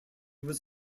was